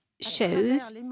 shows